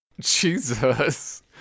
Jesus